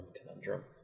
Conundrum